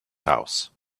house